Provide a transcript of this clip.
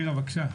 בבקשה.